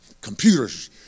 computers